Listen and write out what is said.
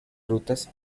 frutas